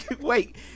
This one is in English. Wait